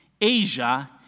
Asia